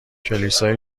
کلیسای